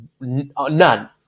none